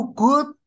good